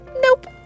Nope